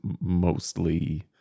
mostly